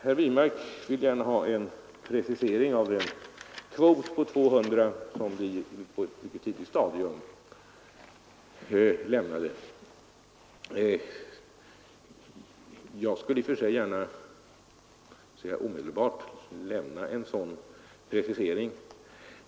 Herr Wirmark vill gärna ha en precisering av den kvot på 200 som vi på ett mycket tidigt stadium angav. Jag skulle i och för sig gärna omedelbart lämna en sådan precisering.